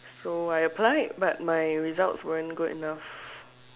so I applied but my results won't good enough